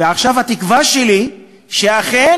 ועכשיו התקווה שלי שאכן,